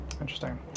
Interesting